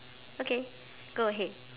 okay go ahead